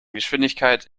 geschwindigkeit